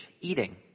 eating